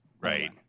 Right